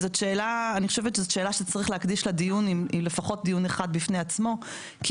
אני חושבת שזאת שאלה שצריך להקדיש לה לפחות דיון אחד בפני עצמו כי